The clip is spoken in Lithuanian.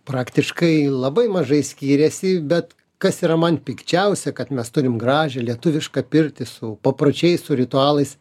praktiškai labai mažai skiriasi bet kas yra man pikčiausia kad mes turim gražią lietuvišką pirtį su papročiais su ritualais